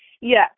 Yes